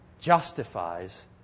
justifies